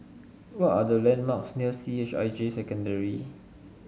what are the landmarks near C H I J Secondary